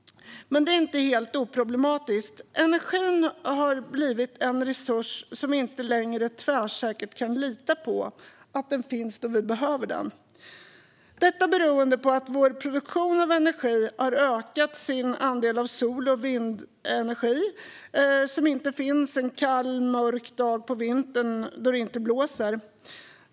Detta är inte helt oproblematiskt. Energi har blivit en resurs vi inte längre tvärsäkert kan lita på att den finns då vi behöver den. Detta beror på att vår produktion av energi har en ökad andel sol och vindenergi, som inte finns en kall och mörk dag på vintern då det inte blåser.